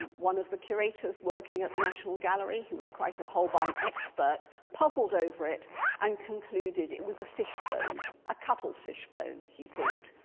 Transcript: one of the curators working at the national gallery, who was quite a holbein expert, puzzled over it and concluded it was a fishbone, a cuttlefish bone, he thought.